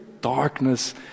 darkness